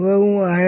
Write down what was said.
હવે હું આ છુપાવીશ